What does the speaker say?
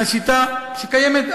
והשיטה שקיימת,